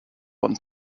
one